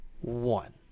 one